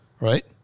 right